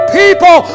people